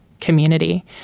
community